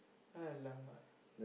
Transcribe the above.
!alamak!